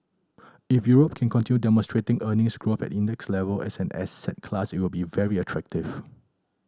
if Europe can continue demonstrating earnings growth at index level as an asset class it will be very attractive